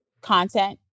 content